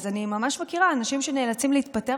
אני ממש מכירה אנשים שנאלצים להתפטר